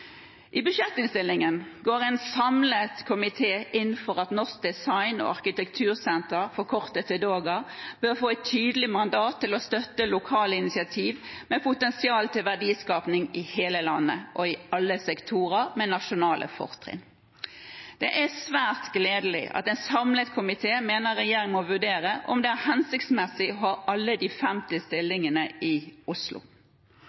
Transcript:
I budsjettinnstillingen går en samlet komité inn for at Norsk design- og arkitektursenter, DOGA, bør få et tydelig mandat til å støtte lokale initiativ med potensial til verdiskaping, i hele landet og i alle sektorer med nasjonale fortrinn. Det er svært gledelig at en samlet komité mener regjeringen må vurdere om det er hensiktsmessig å ha alle de 50 stillingene i Oslo.